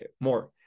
more